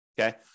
okay